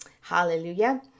Hallelujah